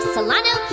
Solano